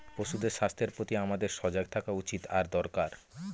পশুদের স্বাস্থ্যের প্রতি আমাদের সজাগ থাকা উচিত আর দরকার